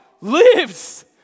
lives